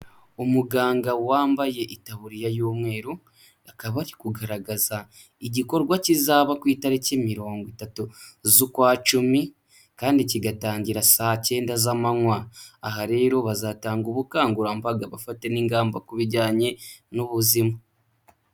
Umuganga wambaye itaburiya y'umweru, akaba ari kugaragaza igikorwa kizaba ku itariki mirongo itatu z'ukwacumi kandi kigatangira saa cyenda z'amanywa, aha rero bazatanga ubukangurambaga, bafate n'ingamba ku bijyanye n'ubuzima.